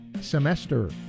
semester